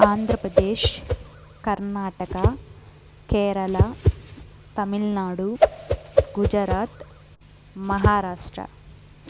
Andhra Pradesh Karnataka Kerala Tamil Nadu Gujarat Maharashtra